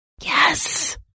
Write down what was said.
Yes